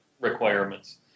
requirements